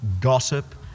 gossip